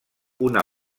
una